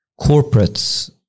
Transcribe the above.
corporates